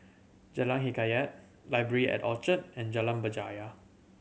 Jalan Hikayat Library at Orchard and Jalan Berjaya